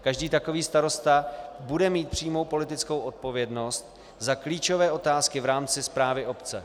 Každý takový starosta bude mít přímou politickou odpovědnost za klíčové otázky v rámci správy obce.